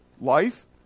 life